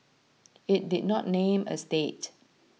it did not name a state